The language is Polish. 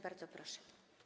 Bardzo proszę.